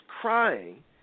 crying